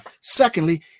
Secondly